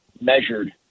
measured